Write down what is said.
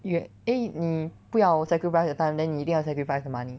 you have eh 你不要 sacrifice your time then 你一定要 sacrifice the money